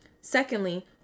secondly